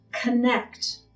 connect